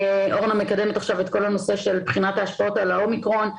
אורנה מקדמת עכשיו את כל הנושא של בחינת ההשפעות על האומיקרון.